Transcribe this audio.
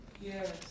Yes